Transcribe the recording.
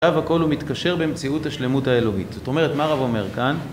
עכשיו הכל הוא מתקשר באמצעות השלמות האלוהית זאת אומרת מה רב אומר כאן?